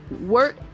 work